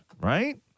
right